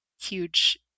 Huge